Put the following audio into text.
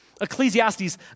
Ecclesiastes